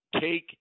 Take –